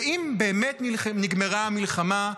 ואם באמת נגמרה המלחמה,